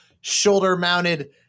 shoulder-mounted